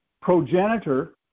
progenitor